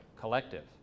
collective